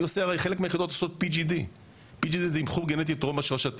חלק מהיחידות עושות PGD אבחון גנטי טרום השרשתי